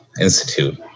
institute